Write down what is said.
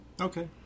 Okay